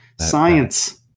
Science